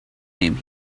name